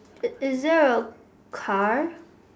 is is there are car